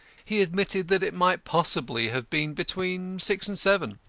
he admitted that it might possibly have been between six and seven.